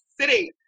City